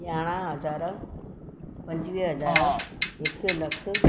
यारहां हज़ार पंजवीह हज़ार हिकु लखु